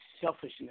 selfishness